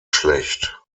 schlecht